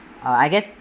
uh I get